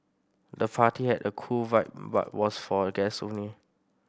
the party had a cool vibe but was for guest only